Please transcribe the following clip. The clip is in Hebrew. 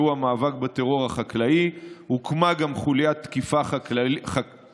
והוא המאבק בטרור החקלאי: הוקמה גם חוליה תקיפה כלכלית,